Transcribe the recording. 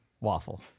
waffle